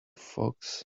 fox